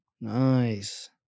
Nice